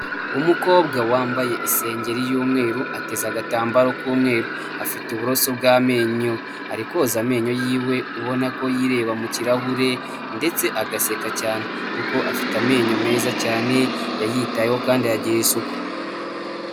Umukobwa wambaye isengeri y'umweru, ateze agatambaro k'umweru, afite uburoso bw'amenyo, ari koza amenyo yiwe ubona ko yireba mu kirahure ndetse agaseka cyane, kuko afite amenyo meza cyane, yayitayeho kandi ayagirira isuku.